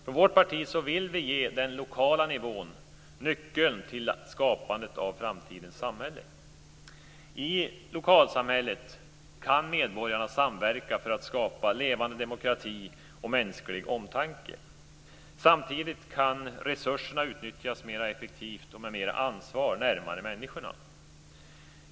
Från vårt parti vill vi ge den lokala nivån nyckeln till skapandet av framtidens samhälle. I lokalsamhället kan medborgarna samverka för att skapa levande demokrati och mänsklig omtanke. Samtidigt kan resurserna utnyttjas mer effektivt och med mer ansvar närmare människorna.